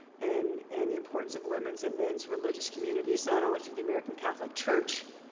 and and the importance of women's and men's religious communities, not only to the american catholic church,